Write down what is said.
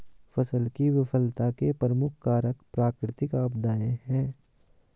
फसल की विफलता के प्रमुख कारक प्राकृतिक आपदाएं हैं